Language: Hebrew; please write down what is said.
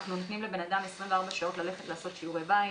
אנחנו נותנים לבן אדם 24 שעות ללכת ולעשות שיעורי בית,